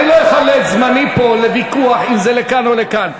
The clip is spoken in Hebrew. אני לא אכלה את זמני פה בוויכוח אם זה לכאן או לכאן.